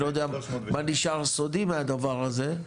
אני לא יודע מה נשאר סודי בדבר הזה,